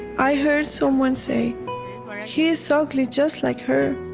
i heard someone say he is so ugly just like her.